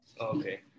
okay